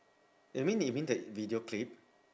that mean you mean the video clip